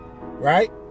right